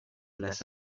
less